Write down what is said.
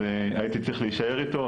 אז הייתי צריך להישאר איתו,